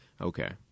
Okay